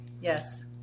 Yes